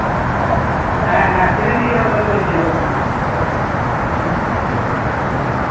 ᱦᱮᱸ ᱦᱮᱸ ᱯᱷᱨᱤ ᱛᱮᱜᱮ ᱚᱸᱰᱮ ᱫᱚ ᱠᱳᱪ ᱦᱩᱭᱩᱜᱚᱜ ᱠᱟᱱᱟ